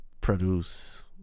produce